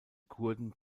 kurden